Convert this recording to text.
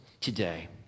today